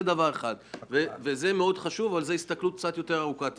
זו הסתכלות ארוכת טווח.